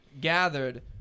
gathered